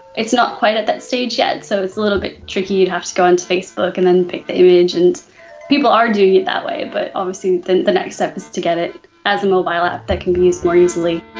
not quite at that stage yet, so it's little bit tricky, you have to go onto facebook and then pick the image. and people are doing it that way, but obviously the the next step is to get it as a mobile app that can be used more easily.